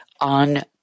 on